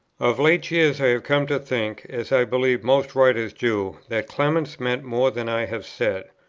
of late years i have come to think, as i believe most writers do, that clement meant more than i have said.